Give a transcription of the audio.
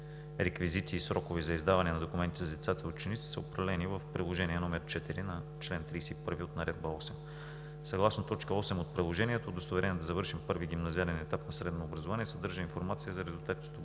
реквизити и срокове за издаване на документи за децата и учениците са определени в Приложение № 4 на чл. 31 от Наредба № 8. Съгласно т. 8 от Приложението удостоверенията за завършен първи гимназиален етап на средно образование съдържа информация за резултатите